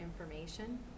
information